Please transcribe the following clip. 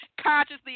consciously